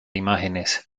imágenes